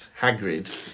Hagrid